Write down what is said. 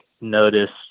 noticed